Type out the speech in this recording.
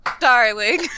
darling